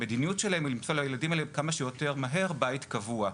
המדיניות שלהם היא למצוא לילדים האלה כמה שיותר מהר בית קבוע,